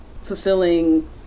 fulfilling